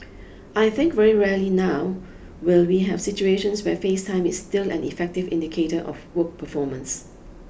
I think very rarely now will we have situations where face time is still an effective indicator of work performance